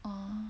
orh